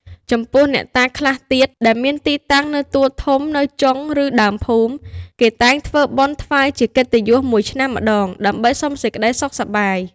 ចំពោះ អ្នកតាខ្លះទៀត ដែលមានទីតាំងនៅទួលធំ នៅចុងឬដើមភូមិ គេតែងធ្វើបុណ្យ ថ្វាយជាកិត្តិយសមួយឆ្នាំម្តង ដើម្បីសុំសេចក្តីសុខសប្បាយ។